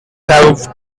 have